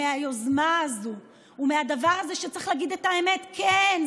מהיוזמה הזאת ומהדבר הזה צריך להגיד את האמת: כן,